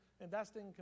investing